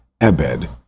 Ebed